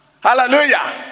hallelujah